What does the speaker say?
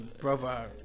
brother